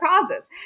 causes